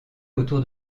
autour